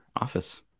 office